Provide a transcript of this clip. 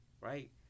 Right